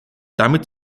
damit